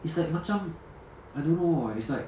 it's like macam I don't know leh it's like